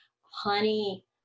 honey